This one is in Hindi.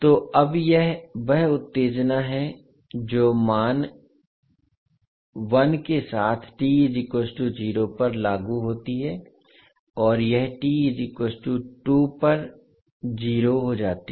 तो अब यह वह उत्तेजना है जो मान 1 के साथ पर लागू होती है और यह पर 0 हो जाती है